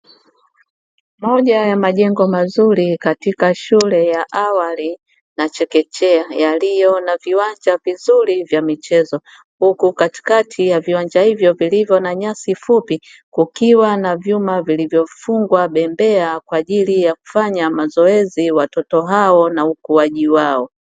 Moja ya majengo mazuri katika shule ya awali na chekechea, yaliyo na viwanja vizuri vya michezo huku katikati ya viwanja hivyo vilivyo na nyasi fupi, kukiwa na vyuma vilivyofungwa bembea kwa ajili ya kufanya mazoezi watoto hao na ukuaji wao.